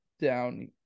down